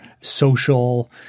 social